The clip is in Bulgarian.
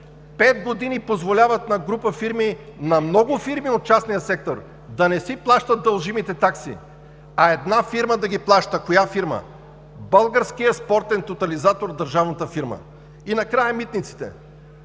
пет години позволяват на група фирми, на много фирми от частния сектор да не си плащат дължимите такси, а една фирма да ги плаща. Коя фирма? Българският спортен тотализатор – държавната фирма. Накрая „Митници“.